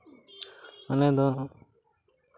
ᱟᱞᱮ ᱫᱚ